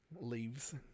leaves